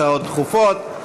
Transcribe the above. הצעות דחופות.